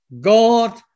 God